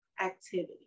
activity